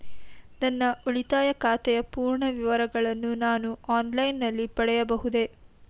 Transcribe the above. ನನ್ನ ಉಳಿತಾಯ ಖಾತೆಯ ಪೂರ್ಣ ವಿವರಗಳನ್ನು ನಾನು ಆನ್ಲೈನ್ ನಲ್ಲಿ ಪಡೆಯಬಹುದೇ?